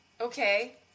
okay